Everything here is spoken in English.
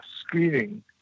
screening